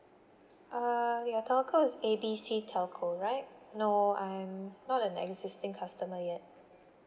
err your telco is A B C telco right no I'm not an existing customer yet